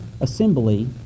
assembly